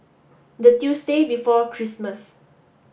the Tuesday before Christmas